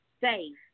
safe